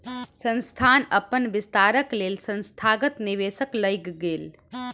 संस्थान अपन विस्तारक लेल संस्थागत निवेशक लग गेल